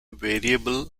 variable